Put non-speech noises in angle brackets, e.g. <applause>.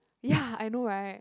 ya <breath> I know right